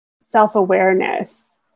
self-awareness